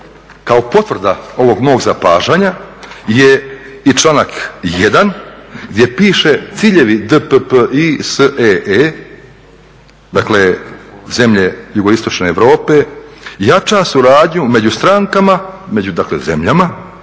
kao potvrda ovog mog zapažanja je i članak 1. gdje piše ciljevi DPPISEE, dakle zemlje JI Europe, jača suradnju među strankama, među dakle zemljama